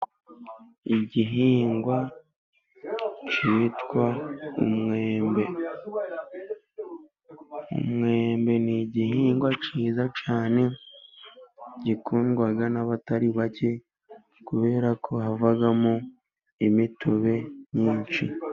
Igihingwa kitwa umwembe, umwembe ni igihingwa cyiza cyane, gikundwa n'abatari bake kubera ko havamo imitobe myinshi.